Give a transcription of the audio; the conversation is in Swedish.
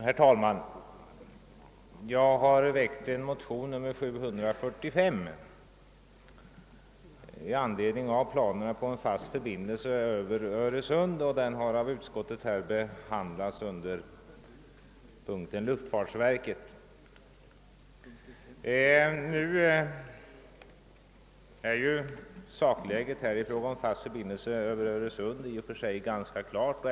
Herr talman! Jag har väckt en motion, II: 745, i anledning av planerna på en fast förbindelse över Öresund. Denna motion har av utskottet behandlats under punkten Luftfartsverkets anslagsbehov. Sakläget i fråga om en fast förbindelse över Öresund är i och för sig ganska klart.